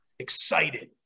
excited